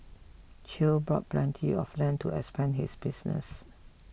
Chew bought plenty of land to expand his business